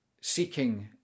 seeking